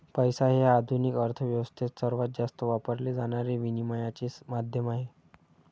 पैसा हे आधुनिक अर्थ व्यवस्थेत सर्वात जास्त वापरले जाणारे विनिमयाचे माध्यम आहे